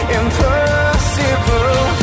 impossible